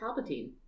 Palpatine